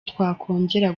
twakongera